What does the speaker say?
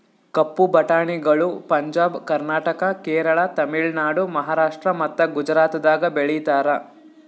ಕಪ್ಪು ಬಟಾಣಿಗಳು ಪಂಜಾಬ್, ಕರ್ನಾಟಕ, ಕೇರಳ, ತಮಿಳುನಾಡು, ಮಹಾರಾಷ್ಟ್ರ ಮತ್ತ ಗುಜರಾತದಾಗ್ ಬೆಳೀತಾರ